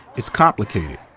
it's complicated.